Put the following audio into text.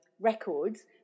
records